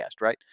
Right